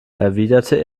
erwiderte